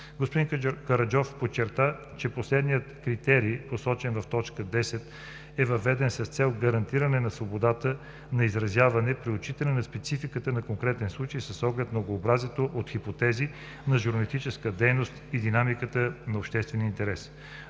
Господин Караджов подчерта, че последният критерий, посочен в т. 10, е въведен с цел гарантиране на свободата на изразяване при отчитане на спецификата на конкретния случай с оглед многообразието от хипотези на журналистическа дейност и динамиката на обществения интерес.